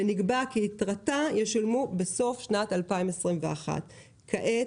ונקבע כי יתרתה ישולמו בסוף שנת 2021. כעת,